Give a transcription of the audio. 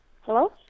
Hello